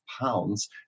pounds